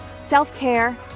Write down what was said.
self-care